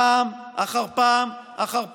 פעם אחר פעם אחר פעם.